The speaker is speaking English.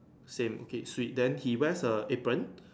same okay swee then he wears a apron